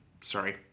sorry